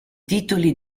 titoli